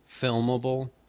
filmable